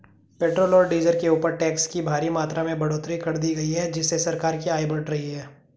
petrol और diesel के ऊपर टैक्स की भारी मात्रा में बढ़ोतरी कर दी गई है जिससे सरकार की आय बढ़ रही है